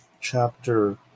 chapter